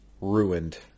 ruined